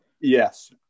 Yes